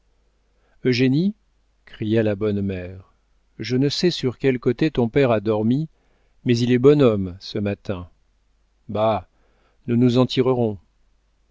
le front eugénie cria la bonne mère je ne sais sur quel côté ton père a dormi mais il est bon homme ce matin bah nous nous en tirerons